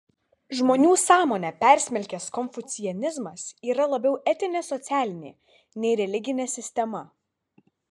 žmonių sąmonę persmelkęs konfucianizmas yra labiau etinė socialinė nei religinė sistema